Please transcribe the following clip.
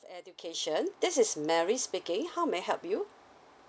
education this is mary speaking how may I help you